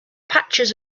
patches